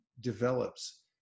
develops